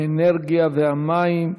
האנרגיה והמים,